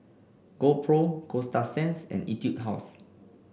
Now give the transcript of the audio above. GoPro Coasta Sands and Etude House